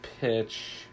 pitch